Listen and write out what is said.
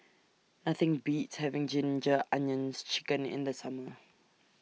Nothing Beats having Ginger Onions Chicken in The Summer